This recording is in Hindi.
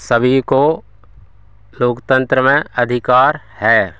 सभी को लोकतंत्र में अधिकार है